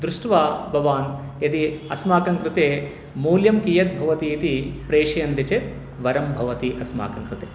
दृष्ट्वा भवान् यदि अस्माकं कृते मूल्यं कियद् भवतीति प्रेषयन्ति चेत् वरं भवति अस्माकं कृते